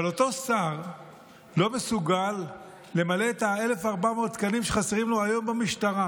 אבל אותו שר לא מסוגל למלא את 1,400 התקנים שחסרים לו היום במשטרה.